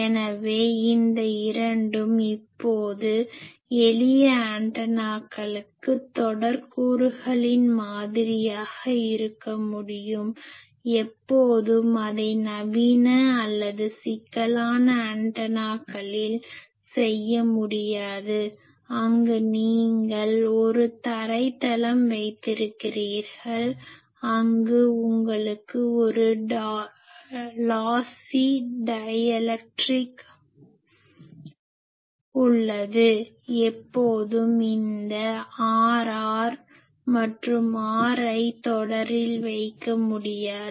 எனவே இந்த இரண்டும் இப்போது எளிய ஆண்டனாக்களுக்கு தொடர் கூறுகளின் மாதிரியாக இருக்க முடியும் எப்போதும் அதை நவீன அல்லது சிக்கலான ஆண்டனாக்களில் செய்ய முடியாது அங்கு நீங்கள் ஒரு தரை தளம் வைத்திருக்கிறீர்கள் அங்கு உங்களுக்கு ஒரு லாசி டையேலக்ட்ரிக் lossy dielectric இழப்பு மின்கடத்தா உள்ளது எப்போதும் இந்த Rr மற்றும் Rlஐ தொடரில் வைக்க முடியாது